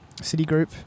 Citigroup